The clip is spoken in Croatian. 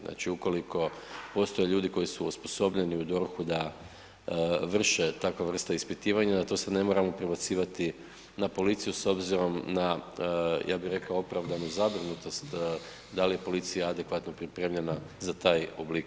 Znači ukoliko postoje ljudi koji su osposobljeni u DORH-u da vrše takvu vrstu ispitivanja, da to sada ne moramo prebacivati na policiju s obzirom na ja bi rekao opravdanu zabrinutost da li je policija adekvatno pripremljena za taj oblik posla.